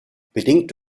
bedingt